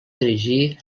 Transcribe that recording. dirigir